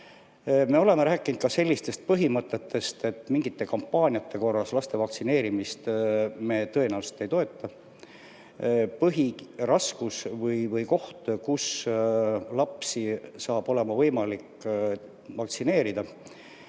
Me oleme rääkinud ka sellistest põhimõtetest, et mingite kampaaniate korras laste vaktsineerimist me tõenäoliselt ei toeta. Põhiline koht, kus lapsi saab edaspidi vaktsineerida,